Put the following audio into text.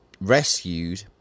rescued